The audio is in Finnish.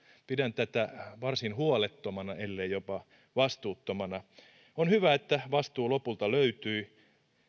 pidän tätä varsin huolettomana ellei jopa vastuuttomana on hyvä että vastuu lopulta löytyi